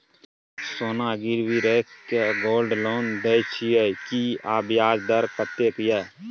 सोना गिरवी रैख के गोल्ड लोन दै छियै की, आ ब्याज दर कत्ते इ?